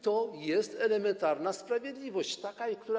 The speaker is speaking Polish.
To jest elementarna sprawiedliwość, która.